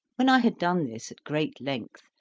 when i had done this at great length,